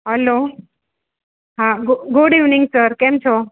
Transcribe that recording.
હાલો હા good evening sir કેમ છો